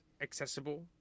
Accessible